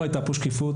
לא הייתה פה שקיפות,